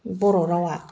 बर' रावा